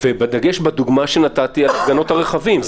עם דגש לדוגמה שנתתי על הפגנות הרכבים.